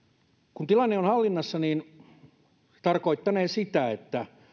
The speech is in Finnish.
kun tilanne on hallinnassa niin se tarkoittanee sitä että